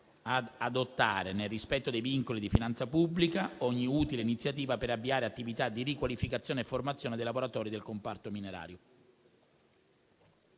«ad adottare, nel rispetto dei vincoli di finanza pubblica, ogni utile iniziativa per avviare attività di riqualificazione e formazione dei lavoratori del comparto minerario».